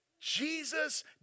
Jesus